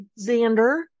Xander